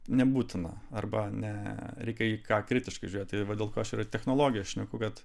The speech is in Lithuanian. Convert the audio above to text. nebūtina arba ne reikia į ką kritiškai žiūrėt tai va dėl ko aš ir į technologijas šneku bet